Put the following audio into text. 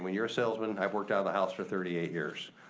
you're a salesman, i've worked out of the house for thirty eight years.